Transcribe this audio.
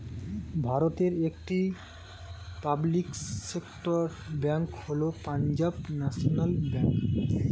ভারতের একটি public sector bank হল পাঞ্জাব ন্যাশনাল ব্যাঙ্ক